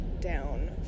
down